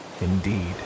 indeed